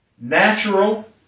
Natural